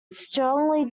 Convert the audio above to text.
strongly